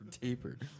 Tapered